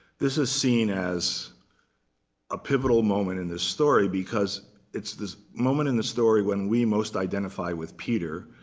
this is seen as a pivotal moment in this story, because it's this moment in the story when we most identify with peter.